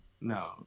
No